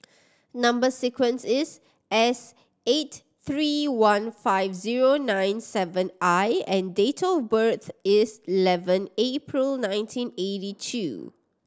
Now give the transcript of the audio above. number sequence is S eight three one five zero nine seven I and date of birth is eleven April nineteen eighty two